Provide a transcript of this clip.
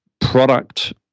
product